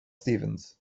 stephens